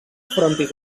frontis